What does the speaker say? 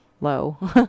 low